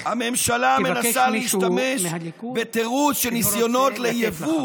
הממשלה מנסה להשתמש בתירוץ של ניסיונות לייבוא